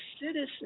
citizen